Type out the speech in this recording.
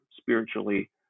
spiritually